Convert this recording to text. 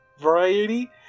variety